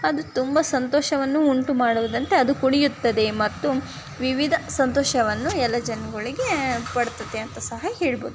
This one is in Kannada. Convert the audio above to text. ಅದು ತುಂಬ ಸಂತೋಷವನ್ನು ಉಂಟು ಮಾಡುವುದಂತೆ ಅದು ಕುಣಿಯುತ್ತದೆ ಮತ್ತು ವಿವಿಧ ಸಂತೋಷವನ್ನು ಎಲ್ಲ ಜನ್ಗಳಿಗೆ ಕೊಡ್ತದೆ ಅಂತ ಸಹ ಹೇಳ್ಬೋದು